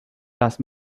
las